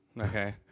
Okay